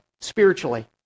spiritually